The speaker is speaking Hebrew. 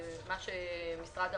זה חשוב מאוד.